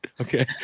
Okay